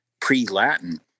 pre-Latin